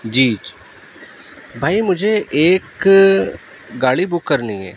جی بھائی مجھے ایک گاڑی بک کرنی ہے